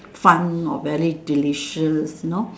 fun or very delicious you know